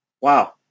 Wow